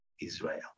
Israel